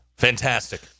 Fantastic